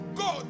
go